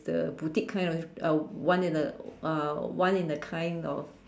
the boutique kind all this one in a one in a kind of